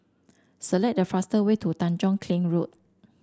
select the fast way to Tanjong Kling Road